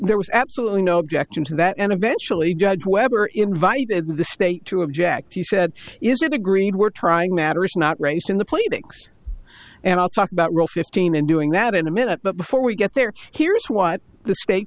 there was absolutely no objection to that end eventually judge webber invited the state to object he said is it a green we're trying matters not raised in the play thanks and i'll talk about real fifteen and doing that in a minute but before we get there here's what the